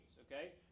okay